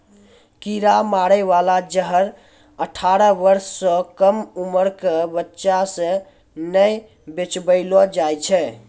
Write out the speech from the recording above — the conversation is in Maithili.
कीरा मारै बाला जहर अठारह बर्ष सँ कम उमर क बच्चा सें नै बेचबैलो जाय छै